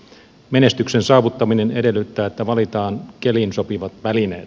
menestyksen saavuttaminen edellyttää että valitaan keliin sopivat välineet